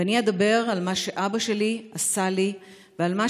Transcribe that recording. ואני אדבר על מה שאבא שלי עשה לי ועל מה